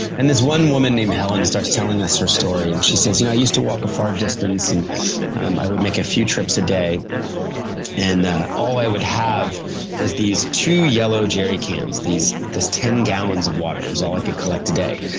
and this one woman named helen starts telling us her story. and she says, you know, i used to walk a far distance and um i would make a few trips a day and all i would have is these two yellow jerry cans. this ten gallons of water was all i could collect a day.